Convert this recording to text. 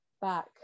back